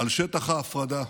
על שטח ההפרדה,